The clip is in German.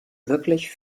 wirklich